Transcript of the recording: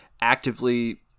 actively